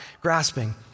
grasping